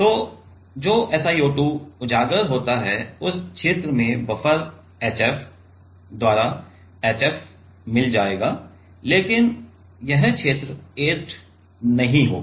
तो जो SiO2 उजागर होता है उस क्षेत्र में बफर HF द्वारा HF मिल जाएगा लेकिन यह क्षेत्र ऐचेड नहीं होगा